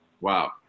Wow